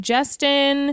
Justin